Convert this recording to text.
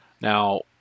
Now